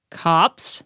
cops